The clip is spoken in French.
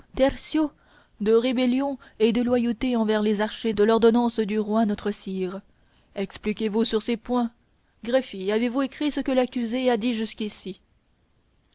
tertio de rébellion et déloyauté envers les archers de l'ordonnance du roi notre sire expliquez-vous sur tous ces points greffier avez-vous écrit ce que l'accusé a dit jusqu'ici